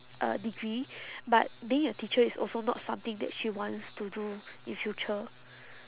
uh degree but being a teacher is also not something that she wants to do in future